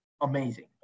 Amazing